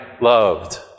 loved